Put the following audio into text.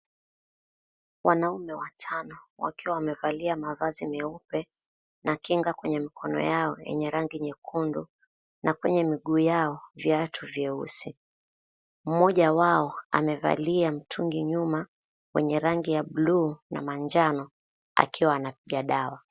Wanaume watano wakiwa wamevalia mavazi meupe na kinga kwenye mikono yao yenye rangi nyekundu na kwenye miguu yao viatu vyeusi, mmoja wao amevalia mtungi nyuma wenye rangi ya bluu na manjano akiwa anapiga dawa.